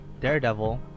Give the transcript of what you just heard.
Daredevil